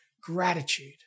gratitude